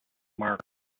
mark